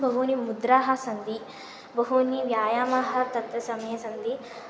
बहूनि मुद्राः सन्ति बहूनि व्यायामाः तत् समये सन्ति